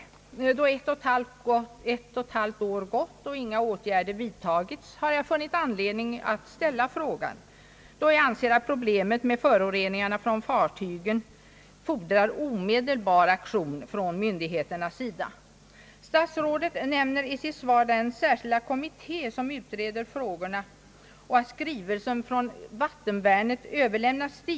Ett och ett halvt år har gått, och inga åtgärder har vidtagits. Jag har därför funnit anledning att ställa frågan då jag anser att problemet med föroreningarna från fartygen fordrar omedelbar aktion från myndigheternas sida. Statsrådet nämner i sitt svar den särskilda kommitté som utreder frågorna och att skrivelsen från Vattenvärnet överlämnats dit.